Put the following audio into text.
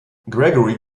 gregory